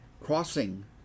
Crossing